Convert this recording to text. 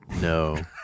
no